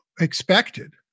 expected